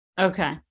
Okay